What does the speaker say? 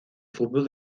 fútbol